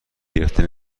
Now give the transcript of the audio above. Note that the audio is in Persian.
گرفته